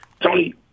Tony